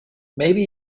maybe